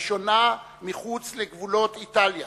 לראשונה מחוץ לגבולות איטליה,